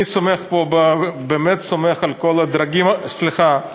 אני באמת סומך על כל הדרגים, סליחה.